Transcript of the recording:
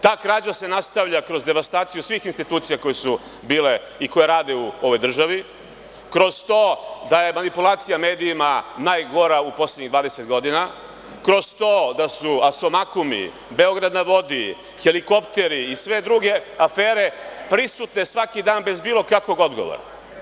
Ta krađa se nastavlja kroz devastaciju svih institucija koje su bile i koje rade u ovoj državi, kroz to da je manipulacija medijima najgora u poslednjih 20 godina, kroz to da su asomahumi, „Beograd na vodi“, helikopteri i sve druge afere prisutne svaki dan bez bilo kakvog odgovora.